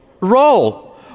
roll